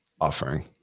offering